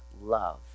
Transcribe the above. love